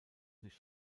nicht